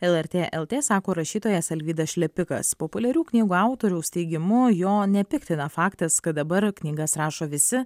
lrt lt sako rašytojas alvydas šlepikas populiarių knygų autoriaus teigimu jo nepiktina faktas kad dabar knygas rašo visi